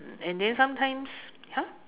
and then sometimes !huh!